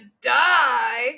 die